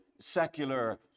secular